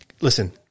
Listen